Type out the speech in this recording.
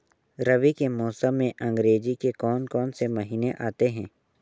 रबी के मौसम में अंग्रेज़ी के कौन कौनसे महीने आते हैं?